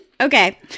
Okay